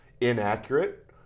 inaccurate